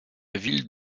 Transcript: ville